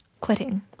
Quitting